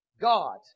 God